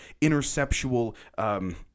interceptual